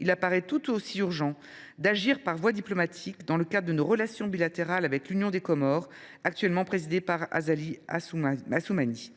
Il semble tout aussi urgent d’agir par la voie diplomatique, dans le cadre de nos relations bilatérales avec l’Union des Comores, actuellement présidée par Azali Assoumani.